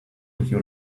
you